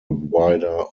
wider